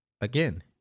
Again